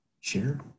Share